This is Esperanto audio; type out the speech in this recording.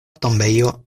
tombejo